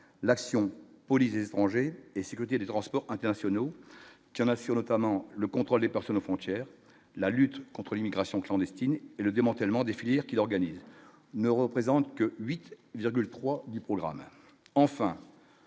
l'action police étrangers et sécurité des transports internationaux, qui en assure notamment le contrôle des personnes aux frontières, la lutte contre l'immigration clandestine et le démantèlement des filières, qui organisent ne représentent que 8,3 du programme enfin